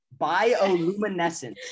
Bioluminescence